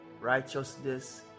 righteousness